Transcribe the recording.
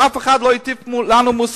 ואף אחד לא הטיף לנו מוסר